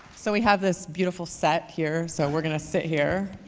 so, we have this beautiful set here, so we're gonna sit here.